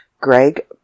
Greg